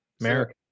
America